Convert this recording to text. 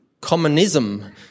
communism